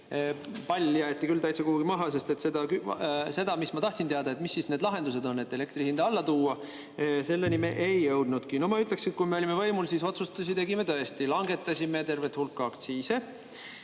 Pall jäeti täitsa kuhugi maha – selleni, mis ma tahtsin teada, et mis siis need lahendused on, et elektri hinda alla tuua, me ei jõudnudki. Ma ütleksin, et kui me olime võimul, siis otsuseid me tegime tõesti, langetasime tervet hulka aktsiise.